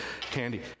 candy